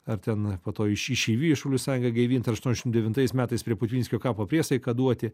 ar ten po to iš išeivyjų šaulių sąjungą gaivint ir aštuoniasdešimt devintais metais prie putvinskio kapo priesaiką duoti